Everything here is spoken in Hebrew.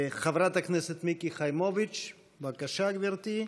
חברת הכנסת מיקי חיימוביץ', בבקשה, גברתי,